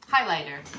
Highlighter